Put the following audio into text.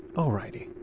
alrighty